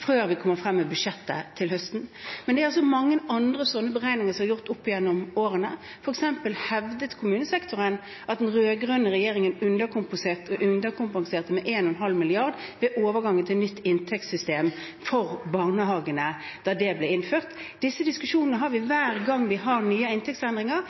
før vi legger frem med budsjettet til høsten. Men det er mange andre sånne beregninger som er gjort opp gjennom årene. For eksempel hevdet kommunesektoren at den rød-grønne regjeringen underkompenserte med 1,5 mrd. kr ved overgangen til nytt inntektssystem for barnehagene da det ble innført. Disse diskusjonene har vi hver gang vi har nye inntektsendringer.